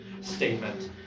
statement